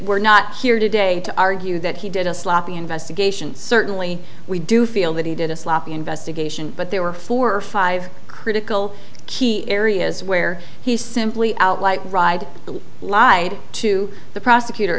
we're not here today to argue that he did a sloppy investigation certainly we do feel that he did a sloppy investigation but there were four or five critical key areas where he simply out like ride the lied to the prosecutor